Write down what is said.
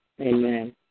Amen